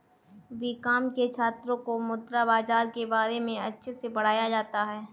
BCom के छात्रों को मुद्रा बाजार के बारे में अच्छे से पढ़ाया जाता है